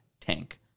Tank